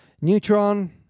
Neutron